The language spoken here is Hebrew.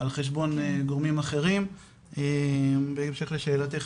על חשבון גורמים אחרים - בהמשך לשאלתך,